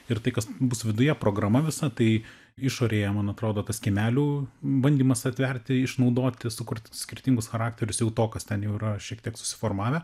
ir tai kas bus viduje programa visa tai išorėje man atrodo tas kiemelių bandymas atverti išnaudoti sukurti skirtingus charakterius jau to kas ten jau yra šiek tiek susiformavę